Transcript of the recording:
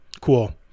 Cool